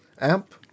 amp